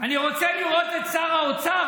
אני רוצה לראות את שר האוצר,